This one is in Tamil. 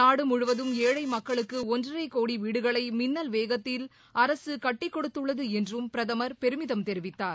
நாடு முழுவதும் ஏழை மக்களுக்கு ஒன்றரை கோடி வீடுகளை மின்னல் வேகத்தில் அரசு கட்டிக் கொடுத்துள்ளது என்றும் பிரதமர் பெருமிதம் தெரிவித்தார்